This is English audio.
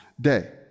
day